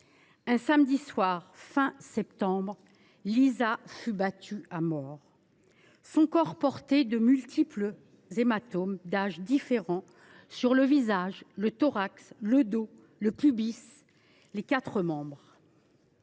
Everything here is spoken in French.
Un samedi soir, fin septembre, Lisa a été battue à mort. Son corps portait de multiples hématomes d’âges différents sur le visage, le thorax, le dos, le pubis et les quatre membres.